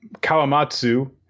Kawamatsu